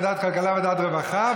לוועדת הכלכלה ולוועדת הרווחה,